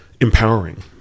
empowering